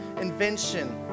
invention